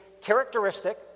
characteristic